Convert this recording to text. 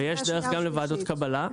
-- ויש דרך גם לוועדות קבלה.